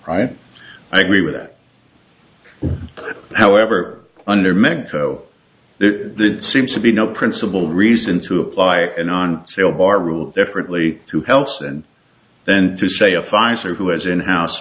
right i agree with that however under mexico that seems to be no principal reason to apply and on sale bar rule differently to helps and then to say a fines or who has in house